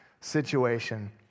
situation